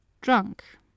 drunk